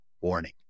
warning